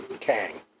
Kang